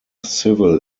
civil